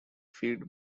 feed